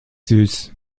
süß